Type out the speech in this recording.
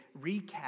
recap